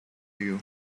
you